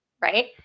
Right